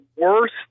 worst